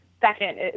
second